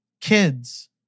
Kids